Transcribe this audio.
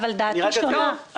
אבל דעתי שונה.